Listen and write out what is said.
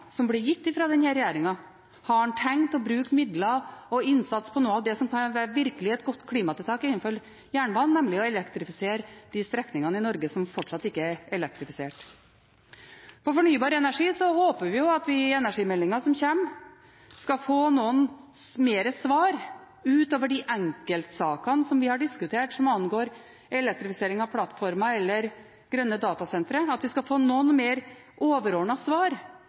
som blir gitt fra denne regjeringen. Har en tenkt å bruke midler og innsats på noe av det som kan være et virkelig godt klimatiltak innenfor jernbanen, nemlig å elektrifisere de strekningene i Norge som fortsatt ikke er elektrifisert? Innen fornybar energi håper vi at vi i energimeldingen som kommer, skal få noe mer svar utover de enkeltsakene som vi har diskutert som angår elektrifisering av plattformer eller grønne datasentre, at vi skal få noe mer overordnede svar